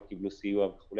לא קיבלו סיוע וכו',